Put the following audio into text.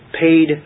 paid